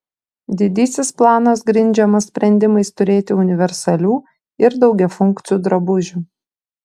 didysis planas grindžiamas sprendimais turėti universalių ir daugiafunkcių drabužių